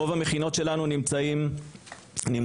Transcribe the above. רוב המכינות שלנו נמצאות בפריפריה,